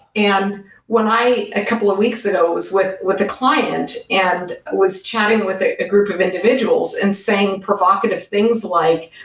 when i, a couple of weeks ago, was with with a client and was chatting with a group of individuals and saying provocative things like,